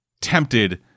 tempted